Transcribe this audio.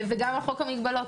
וגם על חוק המגבלות.